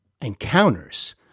encounters